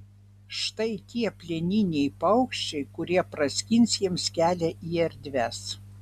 štai tie plieniniai paukščiai kurie praskins jiems kelią į erdves